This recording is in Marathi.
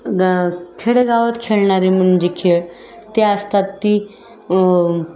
गा खेडेगावात खेळणारे म्हणजे खेळ ते असतात ते